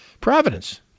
Providence